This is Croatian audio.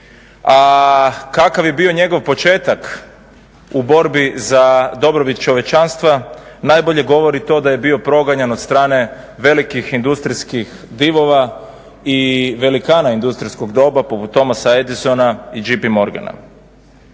a kakav je bio njegovo početak u borbi za dobrobit čovječanstva, najbolje govori to da je bio progonjen od strane velikih industrijskih divova i velikana industrijskog doba poput Thomasa Edisona i Jpa Morgana.